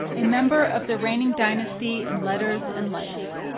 a member of the reigning dynasty in letters and life.